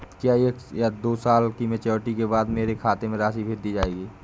क्या एक या दो साल की मैच्योरिटी के बाद मेरे खाते में राशि भेज दी जाएगी?